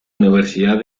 universidad